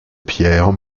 pierre